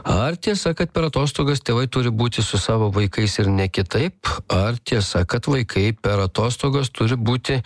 ar tiesa kad per atostogas tėvai turi būti su savo vaikais ir ne kitaip ar tiesa kad vaikai per atostogas turi būti